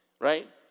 right